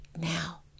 now